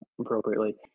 appropriately